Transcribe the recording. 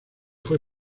fue